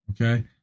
Okay